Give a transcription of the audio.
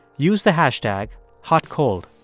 use the hashtag hotcold